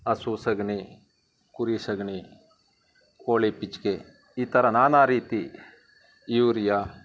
ಹಸು ಸಗಣಿ ಕುರಿ ಸಗಣಿ ಕೋಳಿ ಪಿಚ್ಕೆ ಈ ಥರ ನಾನಾ ರೀತಿ ಯೂರಿಯಾ